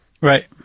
Right